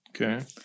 Okay